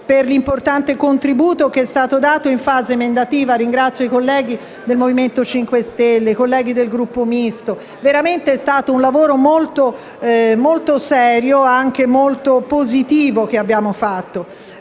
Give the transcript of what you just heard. per l'importante contributo dato in fase emendativa. Ringrazio i colleghi del Movimento 5 Stelle e del Gruppo Misto. Davvero è stato un lavoro molto serio e anche molto positivo quello che abbiamo svolto.